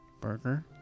Burger